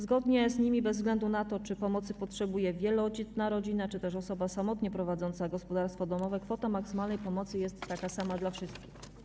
Zgodnie z nimi bez względu na to, czy pomocy potrzebuje wielodzietna rodzina czy też osoba samotnie prowadząca gospodarstwo domowe, kwota maksymalnej pomocy jest taka sama dla wszystkich.